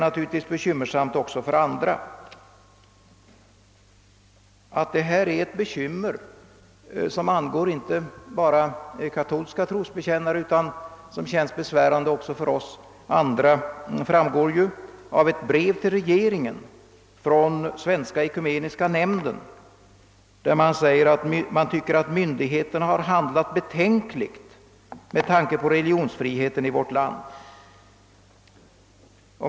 Att detta är ett bekymmer inte bara för katolska trosbekännare, utan något som känns besvärande också för oss andra, framgår av ett brev till regeringen från Svenska ekumeniska nämnden, där man säger att man tycker att »myndigheterna har handlat betänkligt med tanke på religionsfriheten i vårt land».